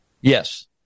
Yes